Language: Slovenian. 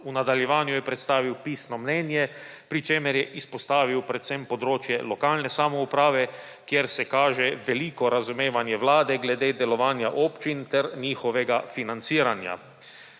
V nadaljevanju je predstavil pisno mnenje, pri čemer je izpostavil predvsem področje lokalne samouprave, kjer se kaže veliko razumevanje Vlade glede delovanja občin ter njihovega financiranja.